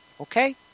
Okay